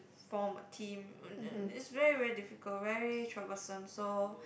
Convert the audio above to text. form a team it's very very difficult very troublesome so